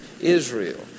israel